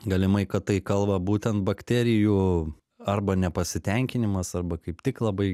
galimai kad tai kalba būtent bakterijų arba nepasitenkinimas arba kaip tik labai